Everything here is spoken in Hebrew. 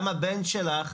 גם הבן שלך,